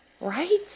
Right